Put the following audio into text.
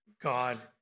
God